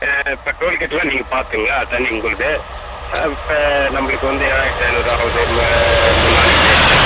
இப்போ டோல்கேட்டுலாம் நீங்கள் பார்த்துக்குங்க அது தனி உங்களுது இப்போ நம்மளுக்கு வந்து ஏழாயிரத்தி ஐந்நூறுபா ஆகுது ம மூணு நாளைக்கு சேர்த்து